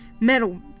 Metal